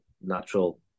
natural